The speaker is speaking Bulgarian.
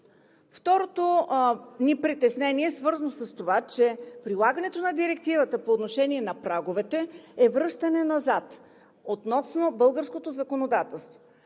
Второто ни притеснение е свързано с това, че прилагането на Директивата по отношение на праговете е връщане назад относно българското законодателство.